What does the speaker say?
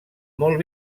molt